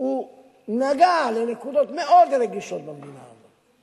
נגע לנקודות מאוד רגישות במדינה הזאת.